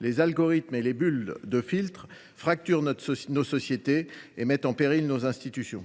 Les algorithmes et les bulles de filtres fracturent nos sociétés et mettent en péril nos institutions.